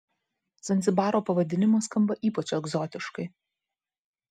zanzibaro pavadinimas skamba ypač egzotiškai